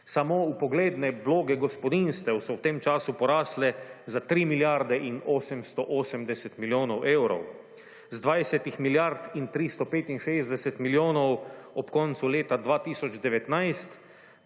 Samo vpogledne vloge gospodinjstev so v tem času porastle za tri milijarde in 880 milijonov evrov. Iz 20 milijard in 265 milijonov ob koncu leta 2019,